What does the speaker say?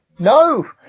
No